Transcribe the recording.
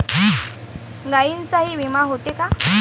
गायींचाही विमा होते का?